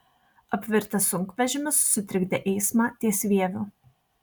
apvirtęs sunkvežimis sutrikdė eismą ties vieviu